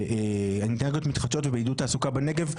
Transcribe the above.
באנרגיות מתחדשות ובעידוד תעסוקה בנגב,